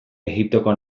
egiptoko